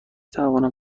توانم